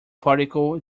particle